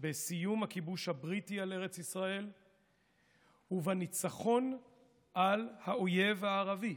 בסיום הכיבוש הבריטי על ארץ ישראל ובניצחון על האויב הערבי,